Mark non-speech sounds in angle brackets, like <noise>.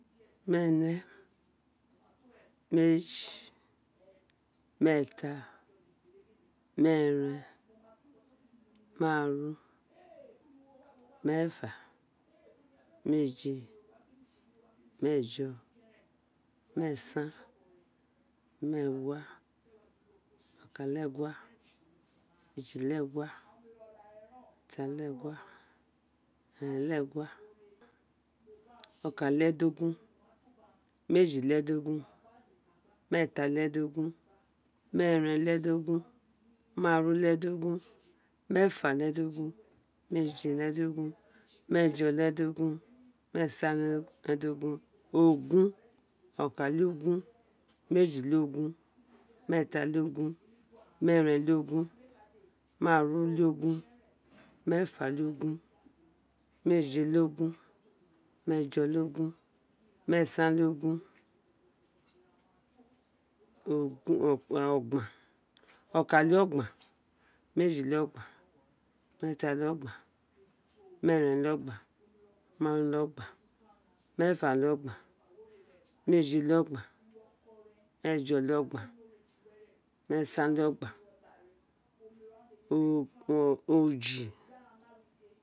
Mere meji, mééta mééren máàru méèfa. méèjé méèjo méèsan méègua okan-le-gua ẹji-le-gua okan-le-ẹdogun meji-le-edogun méèta-le-ẹdogun méèren-le-ẹdogun maaru-le-ẹdogun méèfa-le-ẹdogun meeje-le-ẹdogun méèjo-le-edogun meesan-le-edogun ogun okan-le-ogun meji-le-ogun méèta-le-ogun méèren-le-ogun maaru-le-ogun méèfa-le-ogun méèje-le-ogun méèjo-le-ogun méèsan-le-ogun ogban ọkan-le-ọgban meji-le-ọgban méèta-le-ogban méèfa-le-ọgban meeje-le-ogban meejo-le-ogban méèsan-le-ogban <unintelligible> oji